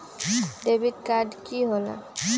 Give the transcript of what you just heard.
Debit card की होला?